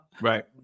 right